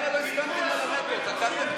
פשוט כך.